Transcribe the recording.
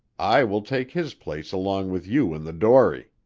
i will take his place along with you in the dory.